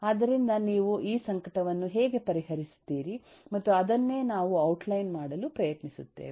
ಆದ್ದರಿಂದ ನೀವು ಈ ಸಂಕಟವನ್ನು ಹೇಗೆ ಪರಿಹರಿಸುತ್ತೀರಿ ಮತ್ತು ಅದನ್ನೇ ನಾವು ಔಟ್ಲೈನ್ ಮಾಡಲು ಪ್ರಯತ್ನಿಸುತ್ತೇವೆ